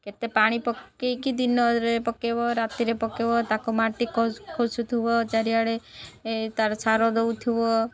କେତେ ପାଣି ପକାଇକି ଦିନରେ ପକାଇବ ରାତିରେ ପକାଇବ ତାକୁ ମାଟି ଖସୁଥିବ ଚାରିଆଡ଼େ ତା'ର ସାର ଦେଉଥିବ